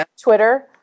Twitter